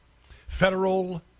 Federal